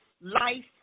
life